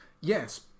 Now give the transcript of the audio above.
Yes